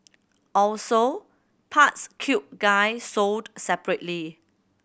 also parts cute guy sold separately